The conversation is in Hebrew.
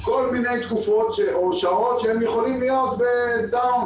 כל מיני תקופות או שעות שהם יכולים להיות בדאון.